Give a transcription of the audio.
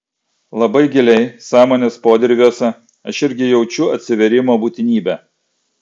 labai giliai sąmonės podirviuose aš irgi jaučiu atsivėrimo būtinybę